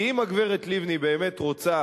כי אם הגברת לבני באמת רוצה